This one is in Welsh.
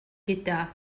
gyda